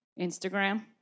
Instagram